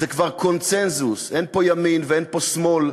זה כבר קונסנזוס, אין פה ימין ואין פה שמאל,